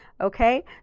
okay